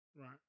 Right